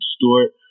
Stewart